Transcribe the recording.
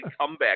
comeback